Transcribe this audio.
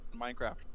Minecraft